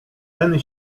ten